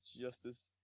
Justice